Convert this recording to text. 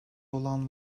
olan